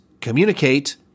communicate